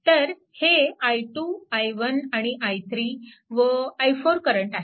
तर हे i2 i1 आणि i3 व i4 करंट आहेत